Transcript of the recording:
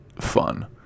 Fun